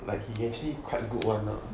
like he actually quite good one lah